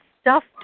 stuffed